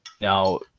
Now